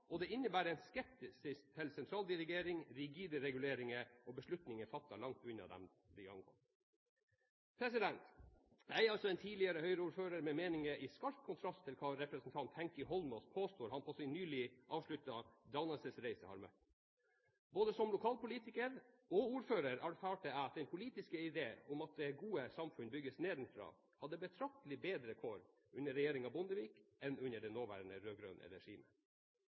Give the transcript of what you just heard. og det innebærer en skepsis til sentraldirigering, rigide reguleringer og beslutninger fattet langt unna dem de angår. Jeg er altså en tidligere Høyre-ordfører med meninger i skarp kontrast til hva representanten Heikki Holmås påstår han på sin nylig avsluttede dannelsesreise har møtt. Både som lokalpolitiker og ordfører erfarte jeg at den politiske idé om at det gode samfunn bygges nedenfra, hadde betraktelig bedre kår under regjeringen Bondevik enn under det nåværende rød-grønne regimet.